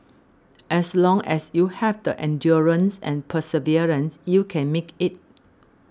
as long as you have the endurance and perseverance you can make it